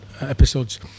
episodes